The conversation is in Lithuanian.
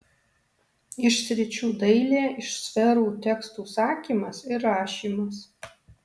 iš sričių dailė iš sferų tekstų sakymas ir rašymas